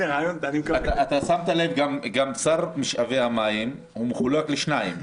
שמת לב ששר למשאבי המים מחולק לשניים: